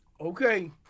Okay